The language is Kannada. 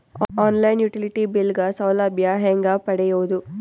ಆನ್ ಲೈನ್ ಯುಟಿಲಿಟಿ ಬಿಲ್ ಗ ಸೌಲಭ್ಯ ಹೇಂಗ ಪಡೆಯೋದು?